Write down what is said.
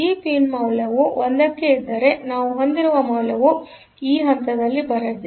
ಈ ಪಿನ್ ಮೌಲ್ಯವು 1 ಕ್ಕೆ ಇದ್ದರ ನಾವು ಹೊಂದಿರುವ ಮೌಲ್ಯವು ಈ ಹಂತದಲ್ಲಿ ಬರಲಿದೆ